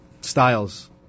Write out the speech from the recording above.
styles